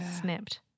snipped